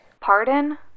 Pardon